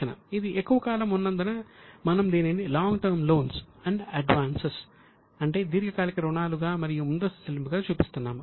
ఇది ఎక్కువ కాలం ఉన్నందున మనము దీనిని long term loans and advance అంటే దీర్ఘకాలిక రుణాలుగా మరియు ముందస్తు చెల్లింపు గా చూపిస్తున్నాము